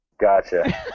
Gotcha